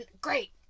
great